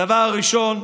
הדבר הראשון,